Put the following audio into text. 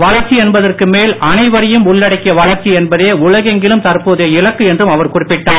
வளர்ச்சி என்பதற்கு மேல் அனைவரையும் உள்ளடக்கிய வளர்ச்சி என்பதே உலகெங்கிலும் தற்போதைய இலக்கு என்றும் அவர் குறிப்பிட்டார்